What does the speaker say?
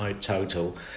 total